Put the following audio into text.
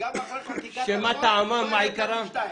שמה טעמם ומה עיקרם.